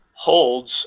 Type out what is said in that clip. holds